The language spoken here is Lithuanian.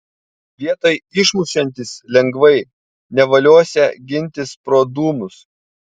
vietoj išmušiantis lengvai nevaliosią gintis pro dūmus